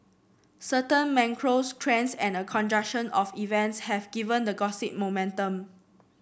certain macro trends and a conjunction of events have given the gossip momentum